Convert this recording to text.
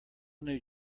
new